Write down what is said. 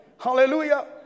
Hallelujah